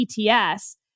ETS